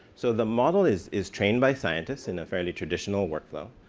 so the model is is trapped by scientists in a fairly traditional workflow,